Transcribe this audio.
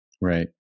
right